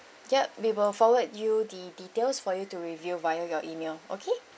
ya we will forward you the details for you to review via your email okay